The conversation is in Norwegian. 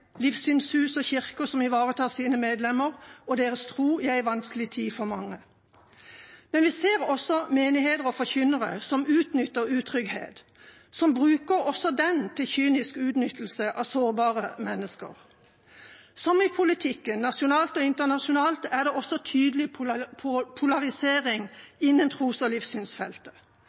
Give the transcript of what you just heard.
livssynshus og kirker som ivaretar sine medlemmer og deres tro i en vanskelig tid for mange. Men vi ser også menigheter og forkynnere som utnytter utrygghet, og som bruker det til kynisk utnyttelse av sårbare mennesker. Som i politikken, nasjonalt og internasjonalt, er det også tydelig polarisering innen tros- og livssynsfeltet.